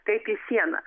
kaip į sieną